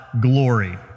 glory